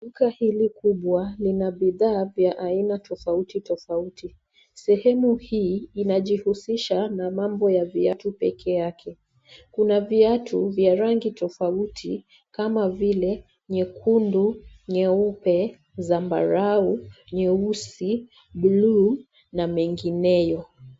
Duka hili kubwa linq bidhaa vya aina tafauti tafauti, sehemu hii inajihusisha na mambo ya viatu pekee yake , kuna viatu vya rangi tafauti kama vile nyekundu, nyeupe, sambarau, nyeusi, bluu na mengineo.